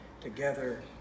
together